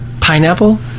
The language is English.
Pineapple